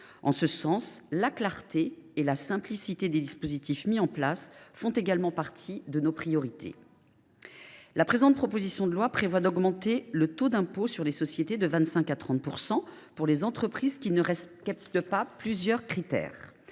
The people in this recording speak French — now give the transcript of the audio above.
pourquoi la clarté et la simplicité des dispositifs mis en place font également partie de nos priorités. La présente proposition de loi prévoit d’augmenter de 25 % à 30 % le taux de l’impôt sur les sociétés pour les entreprises qui ne respecteraient pas plusieurs critères